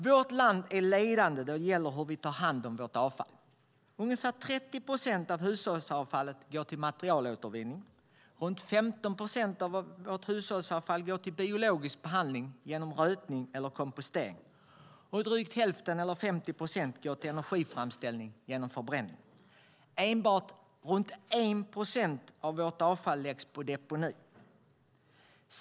Vårt land är ledande då det gäller hur vi tar hand om vårt avfall. Ungefär 30 procent av hushållsavfallet går till materialåtervinning. Runt 15 procent av hushållsavfallet går till biologisk behandling genom rötning eller kompostering, och drygt 50 procent går till energiframställning genom förbränning. Enbart runt 1 procent av vårt avfall läggs på deponi.